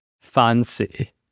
fancy